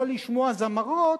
לא לשמוע זמרות,